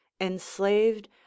enslaved